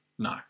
No